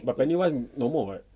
but penny wise no more [what]